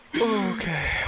Okay